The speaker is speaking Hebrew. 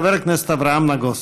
חבר הכנסת אברהם נגוסה.